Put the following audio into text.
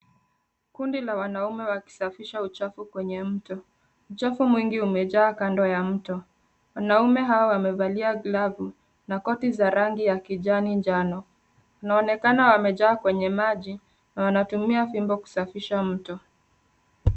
Kundi la wanaume wakisafisha uchafu kwenye mto. Uchafu mwingi umejaa kando ya mto. Wanaume hawa wamevalia glavu na koti za rangi ya kijani njano. Inaonekana wamejaa kwenye maji na wanatumia fimbo kusafisha mto.